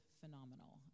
phenomenal